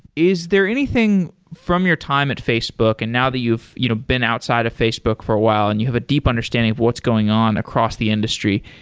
is there anything from your time at facebook and now that you've you know been outside of facebook for a while and you have a deep understanding of what's going on across the industry,